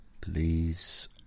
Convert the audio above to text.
Please